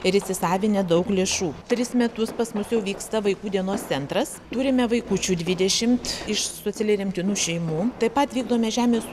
ir įsisavinę daug lėšų tris metus pas mus jau vyksta vaikų dienos centras turime vaikučių dvidešimt iš socialiai remtinų šeimų taip pat vykdome žemės